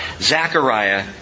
Zechariah